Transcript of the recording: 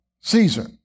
Caesar